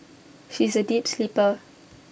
she is A deep sleeper